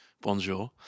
bonjour